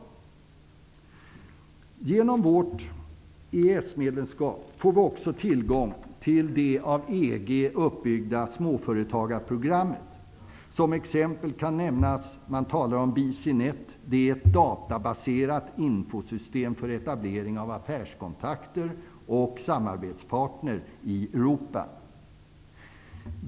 I och med vårt EES-medlemskap får vi också tillgång till de av EG uppbyggda småföretagarprogrammet. Som exempel kan nämnas BC-NET -- ett databaserat infosystem för etablering av affärskontakter och samarbetspartners i Europa.